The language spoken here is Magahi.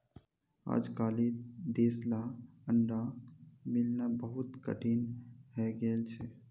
अजकालित देसला अंडा मिलना बहुत कठिन हइ गेल छ